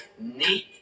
neat